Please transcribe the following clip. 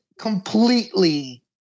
completely